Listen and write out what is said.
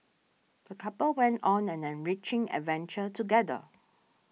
the couple went on an enriching adventure together